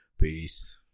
Peace